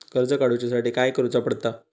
कर्ज काडूच्या साठी काय करुचा पडता?